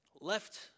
left